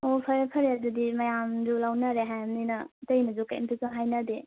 ꯑꯣ ꯐꯔꯦ ꯐꯔꯦ ꯑꯗꯨꯗꯤ ꯃꯌꯥꯝꯁꯨ ꯂꯧꯅꯔꯦ ꯍꯥꯏꯔꯝꯅꯤꯅ ꯑꯇꯩꯅꯁꯨ ꯀꯧꯝꯇꯁꯨ ꯍꯥꯏꯅꯗꯦ